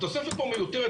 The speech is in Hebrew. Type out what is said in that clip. התוספת מיותרת,